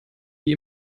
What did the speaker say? die